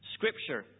Scripture